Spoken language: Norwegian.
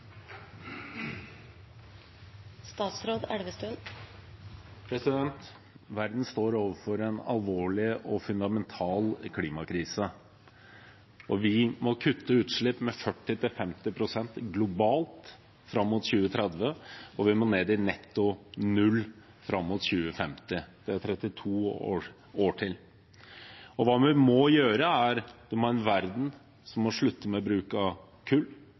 Verden står overfor en alvorlig og fundamental klimakrise. Vi må kutte utslippene med 40–50 pst. globalt fram mot 2030, og vi må ned i netto nullutslipp fram mot 2050. Det er 32 år til. Det vi må gjøre, er å få en verden som slutter å bruke kull. Vi må slutte med